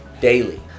daily